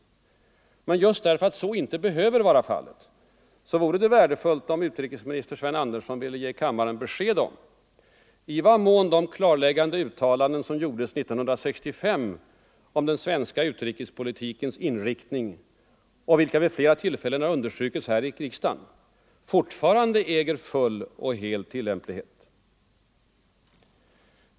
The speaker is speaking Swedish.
Men just därför vore det värdefullt om utrikesminister Sven Andersson ville ge kammaren besked om, i vad mån de klarläggande uttalanden som gjordes 1965 om den svenska utrikespolitikens inriktning och som vid flera tillfällen har understrukits här i riksdagen, fortfarande äger full och hel tillämplighet.